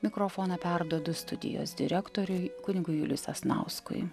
mikrofoną perduodu studijos direktoriui kunigui juliui sasnauskui